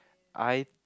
I